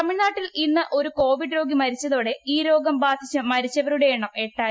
തമിഴ്നാട്ടിൽ ഇന്ന് ഒരു കോവിഡ് രോഗി മരിച്ചതോടെ ഈ രോഗം ബാധിച്ച് മരിച്ചവരുടെ എണ്ണം എട്ടായി